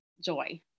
joy